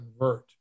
convert